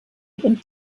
und